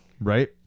Right